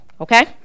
okay